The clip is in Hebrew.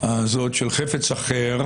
הזאת של חפץ אחר